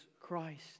Christ